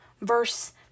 verse